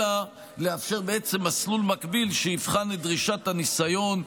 אלא לאפשר מסלול מקביל שיבחן את דרישת הניסיון,